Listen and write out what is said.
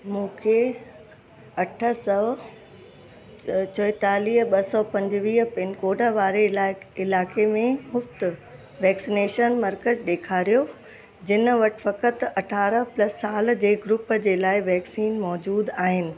मूंखे अठ सौ चौहतालीह ॿ सौ पंजवीह पिनकोड वारे इलाइ इलाइक़े में मुफ़्त वैक्सनेशन मर्कज़ ॾेखारियो जिन वटि फ़कतु अरिड़हं प्लस साल जे ग्रुप जे लाइ वैक्सीन मौजूदु आहिनि